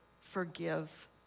forgive